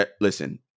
listen